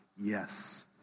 yes